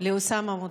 לאוסאמה מותר.